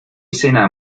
cena